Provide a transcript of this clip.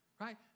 Right